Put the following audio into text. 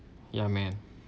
ya man